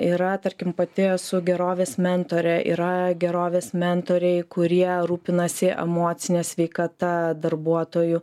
yra tarkim pati esu gerovės mentorė yra gerovės mentoriai kurie rūpinasi emocine sveikata darbuotojų